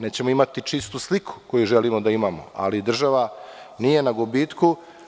Nećemo imati čistu sliku koju želimo da imamo, ali država nije na gubitku.